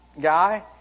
guy